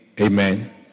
Amen